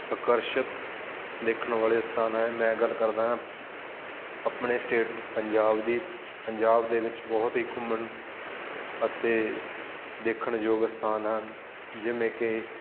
ਆਕਰਸ਼ਿਤ ਦੇਖਣ ਵਾਲੇ ਸਥਾਨ ਹੈ ਮੈਂ ਗੱਲ ਕਰਦਾ ਆਪਣੇ ਸਟੇਟ ਪੰਜਾਬ ਦੀ ਪੰਜਾਬ ਦੇ ਵਿੱਚ ਬਹੁਤ ਹੀ ਘੁੰਮਣ ਅਤੇ ਦੇਖਣਯੋਗ ਸਥਾਨ ਹਨ ਜਿਵੇਂ ਕਿ